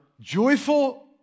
joyful